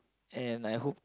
and I hope